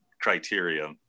criteria